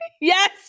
Yes